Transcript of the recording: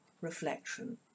reflection